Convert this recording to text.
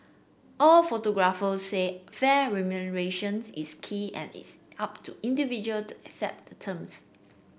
all photographers said fair remuneration is key and it's up to individual to accept the terms